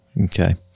okay